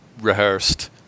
rehearsed